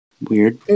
Weird